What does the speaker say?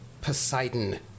Poseidon